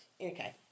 Okay